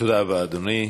תודה רבה, אדוני.